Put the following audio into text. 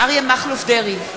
אריה מכלוף דרעי,